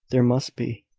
there must be,